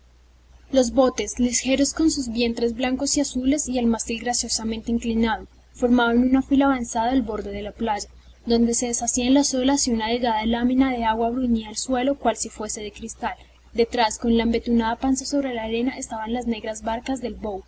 los botes ligeros con sus vientres blancos y azules y el mástil graciosamente inclinado formaban una fila avanzada al borde de la playa donde se deshacían las olas y una delgada lámina de agua bruñía el suelo cual si fuese de cristal detrás con la embetunada panza sobre la arena estaban las negras barcas del